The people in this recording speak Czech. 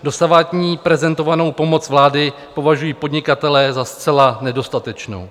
Dosavadní prezentovanou pomoc vlády považují podnikatelé za zcela nedostatečnou.